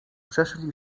przeszli